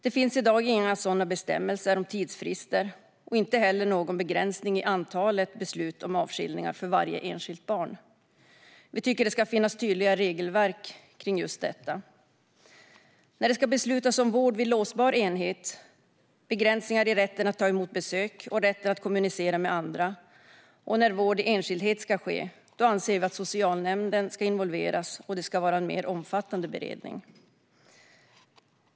Det finns i dag inga sådana bestämmelser om tidsfrister och inte heller någon begränsning i antalet beslut om avskiljning för varje enskilt barn. Vi tycker att det ska finnas tydliga regelverk kring just detta. När det ska beslutas om vård vid låsbar enhet, begränsningar i rätten att ta emot besök och rätten att kommunicera med andra samt när vård i enskildhet ska ske anser vi att socialnämnden ska involveras, och det ska vara en mer omfattande beredning.